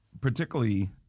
Particularly